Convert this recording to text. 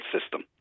system